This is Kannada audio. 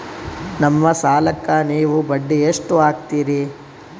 ನಮ್ಮ ಸಾಲಕ್ಕ ನೀವು ಬಡ್ಡಿ ಎಷ್ಟು ಹಾಕ್ತಿರಿ?